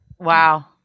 Wow